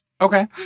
Okay